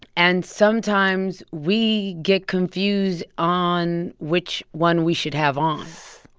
and sometimes, we get confused on which one we should have on.